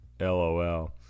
LOL